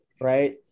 right